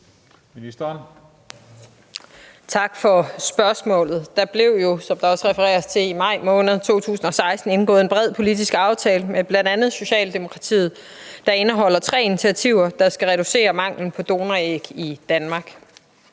Trane Nørby): Tak for spørgsmålet. Der blev jo, som der også refereres til, i maj måned 2016 indgået en bred politisk aftale med bl.a. Socialdemokratiet, der indeholder tre initiativer, der skal reducere manglen på donoræg i Danmark.